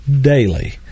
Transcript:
daily